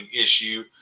issue